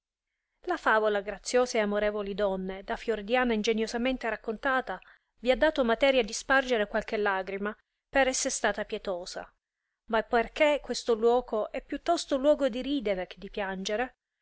la favola graziose e amorevoli donne da fiordiana ingeniosamente raccontata vi ha dato materia di spargere qualche lagrima per esser stata pietosa ma perchè questo luoco è più tosto luogo di ridere che di piagnere